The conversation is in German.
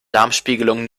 darmspiegelung